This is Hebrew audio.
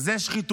אז זו שחיתות.